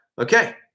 okay